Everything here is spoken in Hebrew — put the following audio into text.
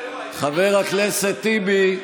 חבר הכנסת טיבי.